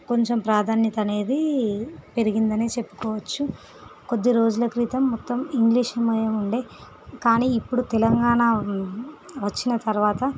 కొంచెం ప్రాధాన్యత అనేది పెరిగింది అనే చెప్పుకోవచ్చు కొద్ది రోజుల క్రితం మొత్తం ఇంగ్లీషు మయముండే కానీ ఇప్పుడు తెలంగాణ వచ్చిన తరువాత